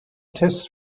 test